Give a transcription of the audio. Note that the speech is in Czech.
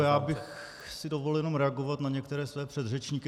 Já bych si dovolil jenom reagovat na některé své předřečníky.